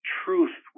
truth